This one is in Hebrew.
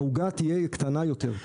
העוגה תהיה קטנה יותר.